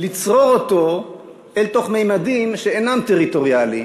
לצרור אותו אל תוך ממדים שאינם טריטוריאליים,